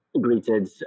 greeted